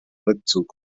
rückzug